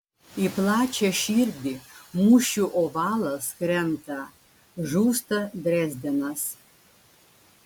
į plačią širdį mūšių ovalas krenta žūsta drezdenas